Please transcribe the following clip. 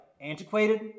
antiquated